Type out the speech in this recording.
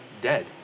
dead